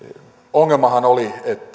ongelmahan oli